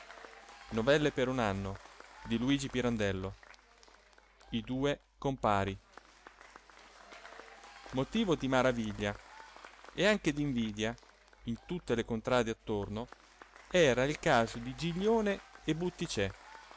dalla casa della michis in trionfo motivo di maraviglia e anche d'invidia in tutte le contrade attorno era il caso di giglione e butticè